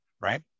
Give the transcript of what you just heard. right